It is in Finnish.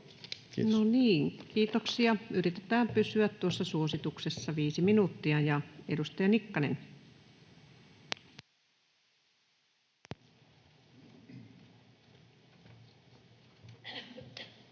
niin, kiitoksia. Yritetään pysyä tuossa suosituksessa, viisi minuuttia. — Ja edustaja Nikkanen. [Speech